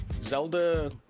Zelda